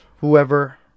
whoever